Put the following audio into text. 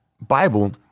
Bible